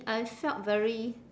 I felt very